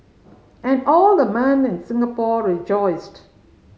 and all the men in Singapore rejoiced